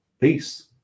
peace